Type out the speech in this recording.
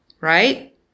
right